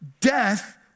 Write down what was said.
death